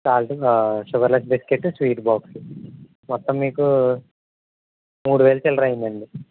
salt sugarless biscuit sweet box మొత్తం మీకు మూడు వేల చిల్లర అయింది అండి